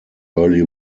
early